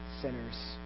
sinners